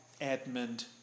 Edmund